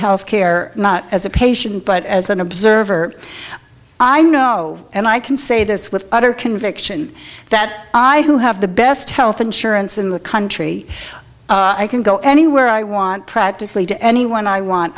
health care as a patient but as an observer i know and i can say this with utter conviction that i who have the best health insurance in the country i can go anywhere i want practically to anyone i want